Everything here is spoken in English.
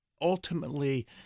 ultimately